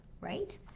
right